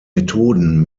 methoden